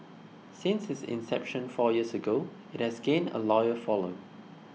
since its inception four years ago it has gained a loyal following